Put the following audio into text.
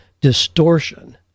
distortion